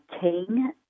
king